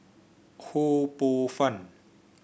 Ho Poh Fun